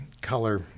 color